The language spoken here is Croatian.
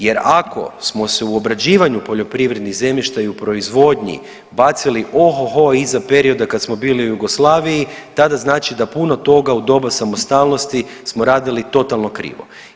Jer ako smo se u obrađivanju poljoprivrednih zemljišta i u proizvodnji bacili o ho ho iza perioda kada smo bili u Jugoslaviji tada znači da puno toga u doba samostalnosti smo radili totalno krivo.